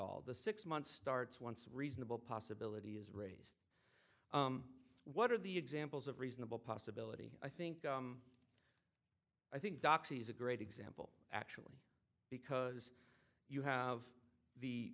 all the six months starts once reasonable possibility is raised what are the examples of reasonable possibility i think i think doxies a great example actually because you have